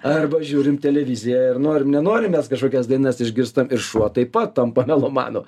arba žiūrim televiziją ir norim nenorim mes kažkokias dainas išgirstam ir šuo taip pat tampa melomanu